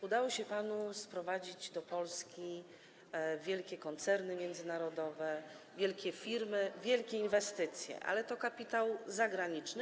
Udało się panu sprowadzić do Polski wielkie koncerny międzynarodowe, wielkie firmy, wielkie inwestycje, ale to jest kapitał zagraniczny.